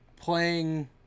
playing